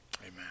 Amen